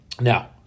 Now